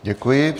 Děkuji.